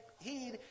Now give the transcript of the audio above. heed